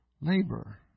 labor